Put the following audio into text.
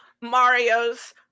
Mario's